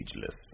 Ageless